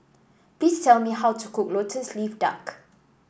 please tell me how to cook lotus leaf duck